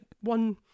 one